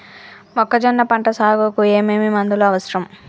మొక్కజొన్న పంట సాగుకు ఏమేమి మందులు అవసరం?